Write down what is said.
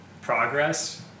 progress